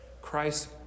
Christ